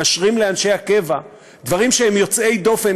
מאשרים לאנשי הקבע דברים שהם יוצאי דופן,